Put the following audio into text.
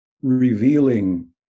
revealing